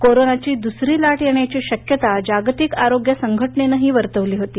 कोरोनाची दुसरी लाट येण्याची शक्यता जागतिक आरोग्य संघटनेनंही वर्तविली होती